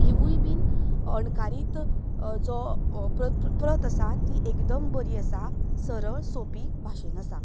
हिवूय बीन अणकारीत जो प्र प्र प्रत आसा ती एकदम बरी आसा सरळ सोंपी भाशेन आसा